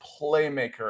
playmaker